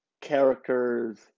characters